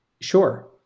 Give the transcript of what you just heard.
Sure